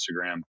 Instagram